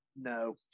no